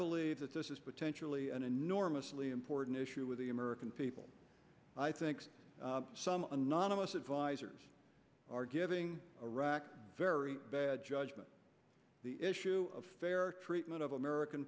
believe that this is potentially an enormously important issue with the american people i think some anonymous advisers are giving a rock very bad judgment the issue of fair treatment of american